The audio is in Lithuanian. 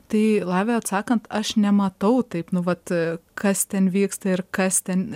tai lavija atsakant aš nematau taip nu vat kas ten vyksta ir kas ten